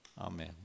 Amen